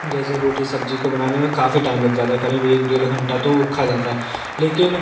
जैसे रोटी सब्ज़ी को बनाने में काफ़ी टाइम लग जाता है करीब एक डेढ़ घंटा तो वो खा जाता है लेकिन